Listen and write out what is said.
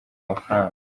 amafaranga